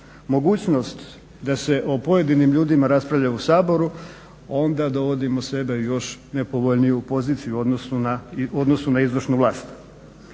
mogućnost da se o pojedinim ljudima raspravlja u Saboru onda dovodimo sebe u još nepovoljniju poziciju u odnosu na izvršnu vlast.